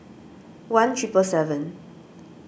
one triple seven